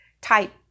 type